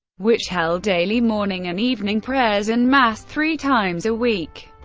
which held daily morning and evening prayers and mass three times a week,